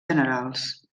generals